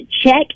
check